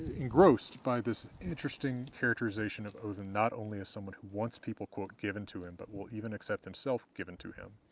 engrossed by this interesting characterization of odinn not only as someone who wants people, quote, given to him but will even accept himself given to him